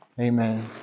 Amen